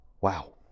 wow